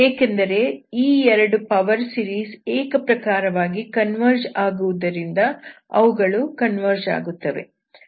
ಏಕೆಂದರೆ ಈ 2 power series ಏಕಪ್ರಕಾರವಾಗಿ ಕನ್ವರ್ಜ್ ಆಗುವುದರಿಂದ ಅವುಗಳು ಕನ್ವರ್ಜ್ ಆಗುತ್ತವೆ